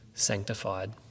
sanctified